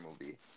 movie